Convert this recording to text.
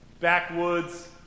backwoods